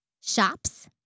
shops